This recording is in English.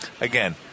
again